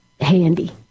handy